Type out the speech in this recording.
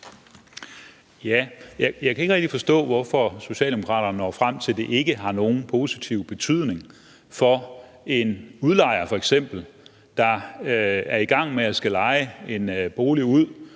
Jeg kan ikke rigtig forstå, hvorfor Socialdemokraterne når frem til, at det ikke har nogen betydning for f.eks. en udlejer, der er i gang med at skulle leje en bolig ud